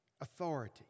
Authority